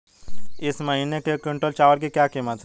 इस महीने एक क्विंटल चावल की क्या कीमत है?